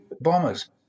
bombers